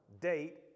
date